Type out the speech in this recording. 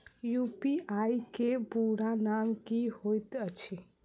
UPI केँ पूरा नाम की होइत अछि?